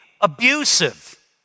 abusive